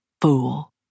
fool